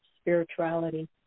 spirituality